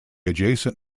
adjacent